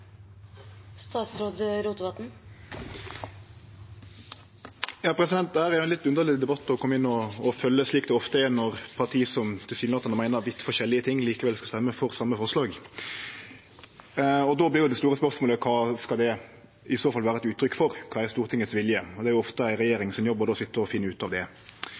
er jo ein litt underleg debatt å kome inn og følgje, slik det ofte er når parti som tilsynelatande meiner vidt forskjellige ting, likevel skal stemme for same forslag. Då vert det store spørsmålet kva det i så fall skal vere eit uttrykk for. Kva er Stortingets vilje? Det er då ofte jobben til ei regjering å sitje å finne ut av det.